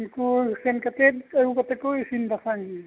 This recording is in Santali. ᱩᱱᱠᱩ ᱥᱮᱱ ᱠᱟᱛᱮᱫ ᱟᱹᱜᱩ ᱠᱟᱛᱮᱫ ᱠᱚ ᱤᱥᱤᱱ ᱵᱟᱥᱟᱝ ᱮᱜᱼᱟ